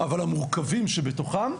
אבל המורכבים שבתוכם,